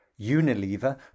Unilever